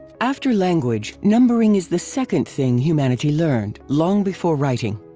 after language, numbering is the second thing humanity learned, long before writing.